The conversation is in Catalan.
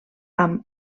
amb